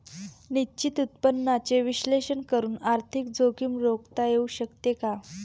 निश्चित उत्पन्नाचे विश्लेषण करून आर्थिक जोखीम रोखता येऊ शकते का?